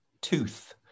tooth